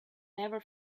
never